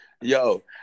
Yo